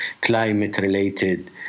climate-related